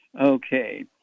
Okay